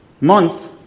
month